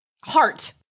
heart